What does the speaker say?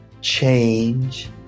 change